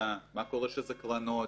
אין לזה כל כך משמעות,